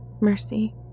Mercy